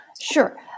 Sure